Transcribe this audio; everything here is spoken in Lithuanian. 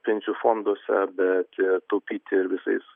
pensijų fonduose bet taupyti visais